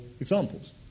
examples